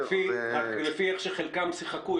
רק לפי איך שחלקם שיחקו,